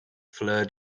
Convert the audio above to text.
fleur